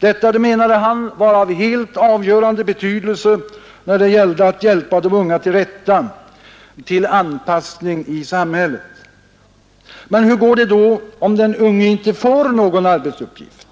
Detta menade han var av helt avgörande betydelse när det gällde att hjälpa de unga till rätta, till anpassning i samhället. Men hur går det då om den unge inte får någon arbetsuppgift?